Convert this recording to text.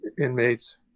inmates